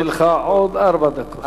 נתתי לך עוד ארבע דקות.